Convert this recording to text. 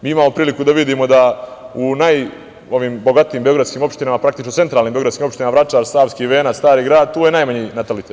Imamo priliku da vidimo da u najbogatijim beogradskim opštinama, praktično centralnim beogradskim opštinama, Vračar, Savski Venac, Stari Grad, tu je najmanji natalitet.